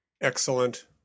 Excellent